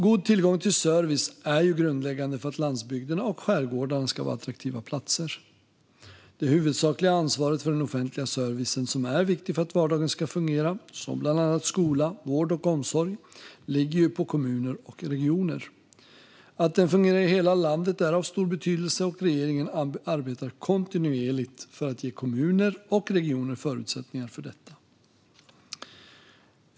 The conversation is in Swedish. God tillgång till service är grundläggande för att landsbygderna och skärgårdarna ska vara attraktiva platser. Det huvudsakliga ansvaret för den offentliga service som är viktig för att vardagen ska fungera, som bland annat skola, vård och omsorg, ligger på kommuner och regioner. Att den fungerar i hela landet är av stor betydelse, och regeringen arbetar kontinuerligt för att ge kommuner och regioner förutsättningar för detta.